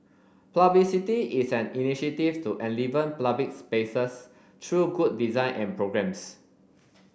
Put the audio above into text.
publicity is an initiative to enliven public spaces through good design and programmes